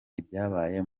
ibyabaye